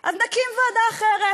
אז נקים ועדה אחרת,